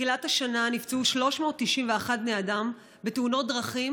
מתחילת השנה נפצעו 391 בני אדם בתאונות דרכים